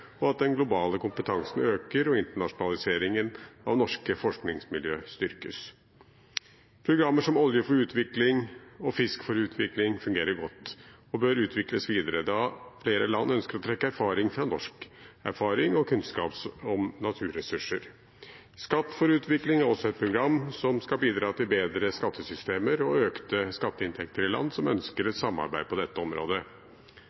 og at den globale kompetansen øker og internasjonaliseringen av norske forskningsmiljø styrkes. Programmer som Olje for utvikling og Fisk for utvikling fungerer godt og bør utvikles videre da flere land ønsker å trekke erfaring fra norsk erfaring og kunnskap om naturressurser. Skatt for utvikling er også et program som skal bidra til bedre skattesystemer og økte skatteinntekter i land som ønsker et samarbeid på dette området.